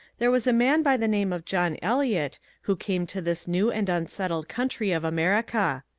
there was a man by the name of john eliot, who came to this new and unsettled country of america.